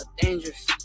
dangerous